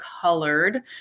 colored